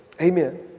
Amen